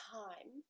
time